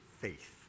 faith